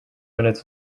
minutes